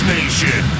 Nation